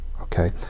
Okay